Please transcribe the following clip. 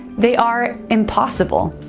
they are impossible.